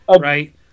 Right